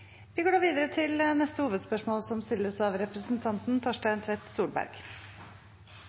Vi går da videre til neste hovedspørsmål.